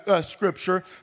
scripture